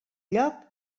lloc